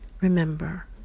remember